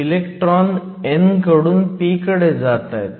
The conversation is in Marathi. इलेक्ट्रॉन n कडून p कडे जातायत